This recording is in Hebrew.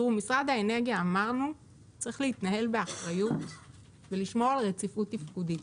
משרד האנרגיה צריך להתנהל באחריות ולשמור על רציפות תפקודית.